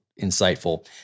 insightful